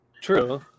true